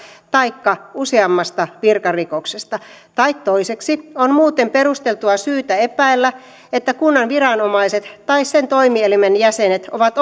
taikka useammasta virkarikoksesta tai toiseksi se että on muuten perusteltua syytä epäillä että kunnan viranomaiset tai sen toimielimen jäsenet ovat